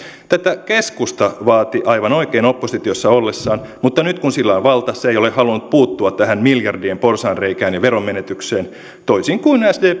tätä keskusta vaati aivan oikein oppositiossa ollessaan mutta nyt kun sillä on valta se ei ole halunnut puuttua tähän miljardien porsaanreikään ja veronmenetykseen toisin kuin